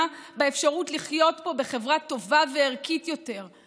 באפשרות לחיות פה בחברה טובה וערכית יותר,